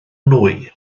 nwy